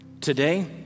Today